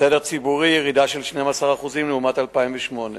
סדר ציבורי, ירידה של 12% לעומת 2008,